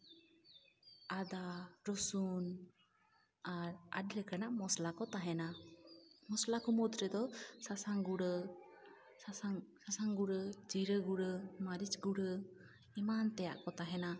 ᱟᱫᱟ ᱨᱚᱥᱩᱱ ᱟᱨ ᱟᱹᱰᱤ ᱞᱮᱠᱟᱱᱟᱜ ᱢᱚᱥᱞᱟ ᱠᱚ ᱛᱟᱦᱮᱱᱟ ᱢᱚᱥᱞᱟ ᱠᱚ ᱢᱩᱫᱽ ᱨᱮᱫᱚ ᱥᱟᱥᱟᱝ ᱜᱩᱲᱟᱹ ᱥᱟᱥᱟᱝ ᱥᱟᱥᱟᱝ ᱜᱩᱲᱟᱹ ᱡᱤᱨᱟᱹ ᱜᱩᱬᱲᱹ ᱢᱟᱹᱨᱤᱡᱽ ᱜᱩᱬᱲᱹ ᱮᱢᱟᱱ ᱛᱮᱭᱟᱜ ᱠᱚ ᱛᱟᱦᱮᱱᱟ